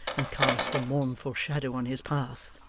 and cast a mournful shadow on his path.